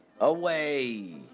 Away